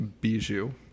Bijou